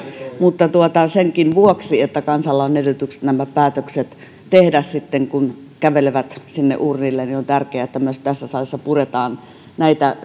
mutta senkin vuoksi että kansalla on edellytykset nämä päätökset tehdä sitten kun kävelevät sinne uurnille on tärkeää että myös tässä salissa puretaan näitä